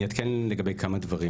אני אעדכן לגבי מספר דברים,